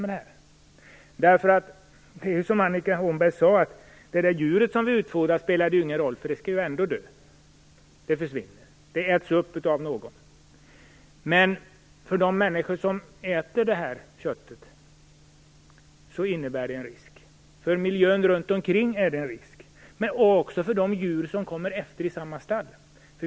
Det är ju som Annika Åhnberg sade: Användning av antibiotika spelar ingen roll för det djur som vi utfodrar, eftersom det ju ändå skall dö. Det försvinner och äts upp av någon. Men det innebär en risk för de människor som äter köttet. För miljön är det en risk och också för de djur som kommer till samma stall.